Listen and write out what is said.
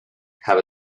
have